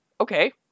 Okay